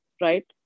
right